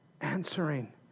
answering